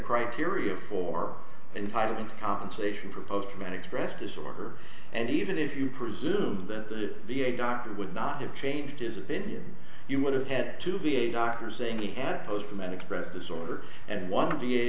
criteria for entitlement compensation for post traumatic stress disorder and even if you presume that the v a doctor would not have changed his opinion you would have had to be a doctor saying he had post traumatic stress disorder and one